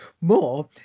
more